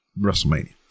WrestleMania